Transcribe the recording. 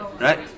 right